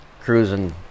cruising